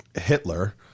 Hitler